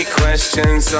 questions